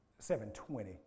7.20